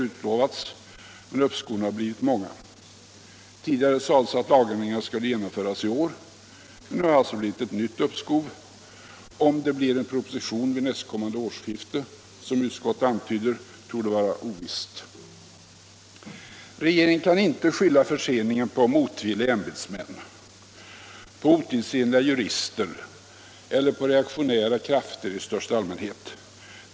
Det har tidigare sagts att lagändringarna skulle genomföras i år, men nu har det blivit ett nytt uppskov. Huruvida det kommer att läggas fram en proposition vid nästkommande årsskifte, som utskottet antyder, torde vara ovisst. Regeringen kan inte skylla förseningen på motvilliga ämbetsmän, otidsenliga jurister eller reaktionära krafter i största allmänhet.